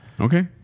okay